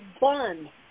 bun